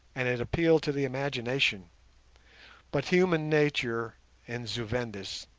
and it appealed to the imagination but human nature in zu-vendis,